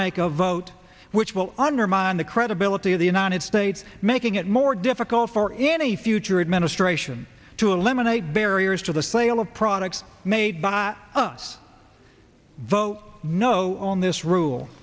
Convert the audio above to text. make a vote which will undermine the credibility of the united states making it more difficult for any future administration to eliminate barriers to the sale of products made by us vote no on this rule